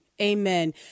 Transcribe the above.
Amen